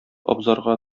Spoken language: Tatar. абзарга